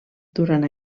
durant